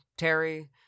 Terry